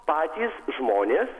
patys žmonės